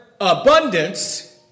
abundance